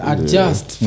Adjust